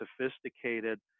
sophisticated